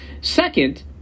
Second